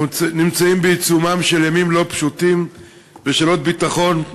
אנחנו נמצאים בעיצומם של ימים לא פשוטים בשאלות ביטחון,